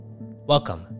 Welcome